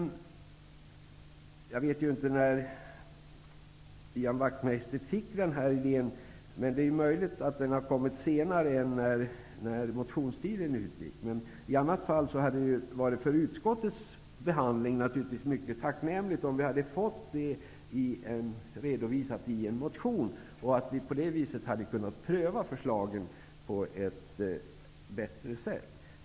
Jag vet inte när Ian Wachtmeister fick den här idén, men det är möjligt att han fick den efter det att motionstiden hade utgått. I annat fall hade det varit mycket tacknämligt för utskottet, om idén hade redovisats i en motion. Då hade vi kunnat pröva förslaget på ett bättre sätt.